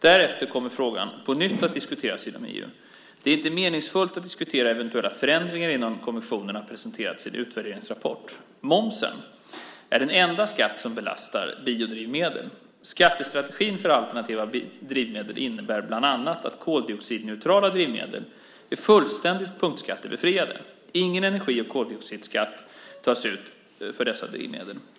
Därefter kommer frågan på nytt att diskuteras inom EU. Det är inte meningsfullt att diskutera eventuella förändringar innan kommissionen har presenterat sin utvärderingsrapport. Momsen är den enda skatt som belastar biodrivmedel. Skattestrategin för alternativa drivmedel innebär bland annat att koldioxidneutrala drivmedel är fullständigt punktskattebefriade. Ingen energi eller koldioxidskatt tas ut för dessa drivmedel.